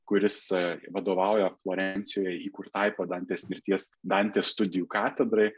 kuris e vadovavo florencijoje įkurtai po dantės mirties dantės studijų katedrai